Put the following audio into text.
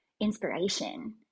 inspiration